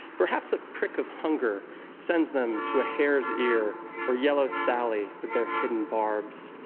perhaps a prick of hunger sends them to a hare's ear or yellow sally with their hidden barbs,